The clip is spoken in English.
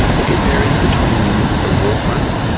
look, it varies between the war fronts.